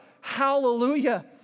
Hallelujah